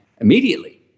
immediately